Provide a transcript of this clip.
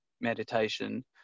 meditation